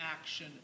action